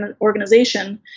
organization